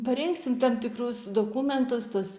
parengsim tam tikrus dokumentus tuos